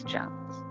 Jones